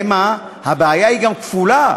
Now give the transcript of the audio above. שהיא בעיה כפולה: